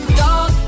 dog